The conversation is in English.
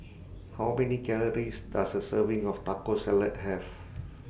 How Many Calories Does A Serving of Taco Salad Have